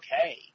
okay